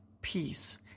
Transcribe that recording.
peace